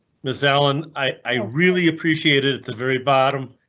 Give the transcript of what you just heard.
and so and i really appreciate it. at the very bottom,